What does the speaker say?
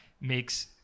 makes